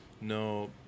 no